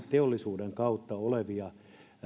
teollisuuden kautta olevia